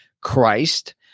Christ